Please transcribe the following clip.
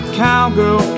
cowgirl